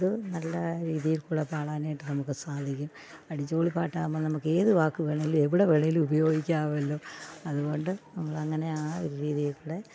ഇതു നല്ല രീതിയിൽക്കൂറ്റി പാടാനായിട്ടു നമുക്ക് സാധിക്കും അടിച്ചു പൊളി പാട്ടാകുമ്പം നമുക്കേത് വാക്ക് വേണേലു എവടെ വേണമെങ്കിലും ഉപയോഗിക്കാമല്ലോ അതുകൊണ്ട് നമ്മളങ്ങനെ ആ ഒരു രീതിയിൽക്കൂടി